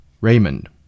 Raymond